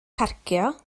parcio